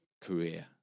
career